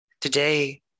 Today